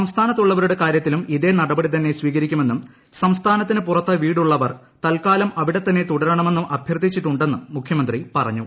സംസ്ഥാനത്തുള്ളവരുടെ കാര്യത്തിലും ഇതേ നടപടി തന്നെ സ്വീകരിക്കുമെന്നും സംസ്ഥാനത്തിന് പുറത്ത് വീടുള്ളവർ തത്ക്കാലം അവിടെ തന്നെ തുടരണമെന്ന് അഭൃർത്ഥിച്ചിട്ടുണ്ടെന്നും മുഖൃമന്ത്രി പറഞ്ഞു